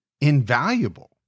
invaluable